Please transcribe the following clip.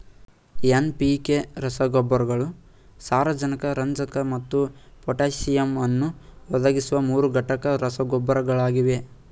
NPK ರಸಗೊಬ್ಬರಗಳು ಸಾರಜನಕ ರಂಜಕ ಮತ್ತು ಪೊಟ್ಯಾಸಿಯಮ್ ಅನ್ನು ಒದಗಿಸುವ ಮೂರುಘಟಕ ರಸಗೊಬ್ಬರಗಳಾಗಿವೆ